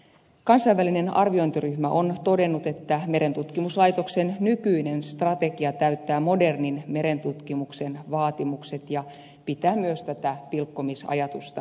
kansainvälinen arviointiryhmä on todennut että merentutkimuslaitoksen nykyinen strategia täyttää modernin merentutkimuksen vaatimukset ja pitää myös tätä pilkkomisajatusta huonona